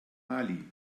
mali